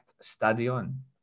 Stadion